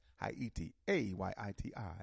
I-E-T-A-Y-I-T-I